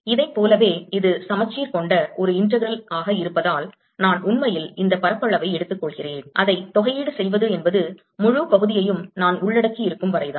இதைப் போலவே இது சமச்சீர் கொண்ட ஒரு integral இருப்பதால் நான் உண்மையில் இந்த பரப்பளவை எடுத்துக்கொள்கிறேன் அதை தொகையீடு செய்வது என்பது முழு பகுதியையும் நான் உள்ளடக்கியிருக்கும் வரைதான்